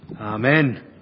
Amen